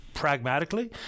pragmatically